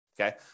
okay